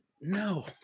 no